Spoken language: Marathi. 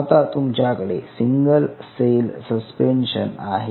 आता तुमच्याकडे सिंगल सेल सस्पेन्शन आहे